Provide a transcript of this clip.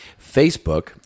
Facebook